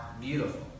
beautiful